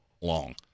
long